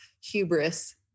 hubris